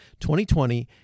2020